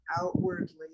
outwardly